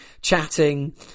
chatting